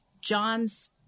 john's